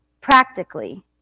Practically